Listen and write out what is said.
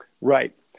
Right